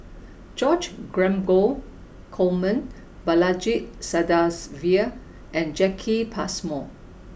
George Dromgold Coleman Balaji Sadasivan and Jacki Passmore